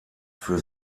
für